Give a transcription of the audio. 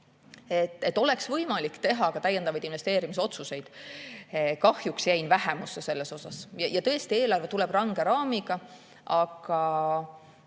et oleks võimalik teha täiendavaid investeerimisotsuseid. Kahjuks jäin vähemusse. Tõesti, eelarve tuleb range raamiga, aga